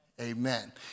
amen